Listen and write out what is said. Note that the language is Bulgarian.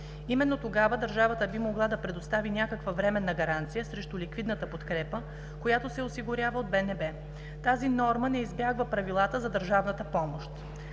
Именно тогава държавата би могла да предостави някаква временна гаранция срещу ликвидната подкрепа, която се осигурява от БНБ. Тази норма не избягва правилата за държавна помощ.